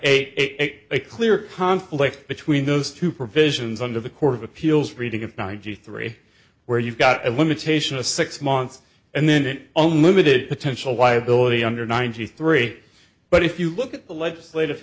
a clear conflict between those two provisions under the court of appeals reading of ninety three where you've got a limitation of six months and then it only limited potential liability under ninety three but if you look at the legislative